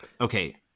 Okay